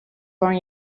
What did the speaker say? born